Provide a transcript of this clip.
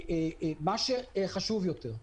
וחשוב יותר,